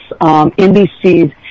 NBC's